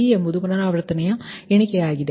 p ಎಂಬುದು ಪುನರಾವರ್ತನೆಯ ಎಣಿಕೆಯಾಗಿದೆ